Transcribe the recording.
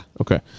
okay